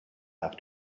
have